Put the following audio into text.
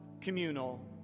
communal